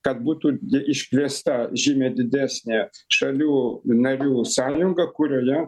kad būtų i iškviesta žymiai didesnė šalių narių sąjunga kurioje